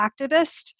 activist